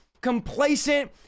complacent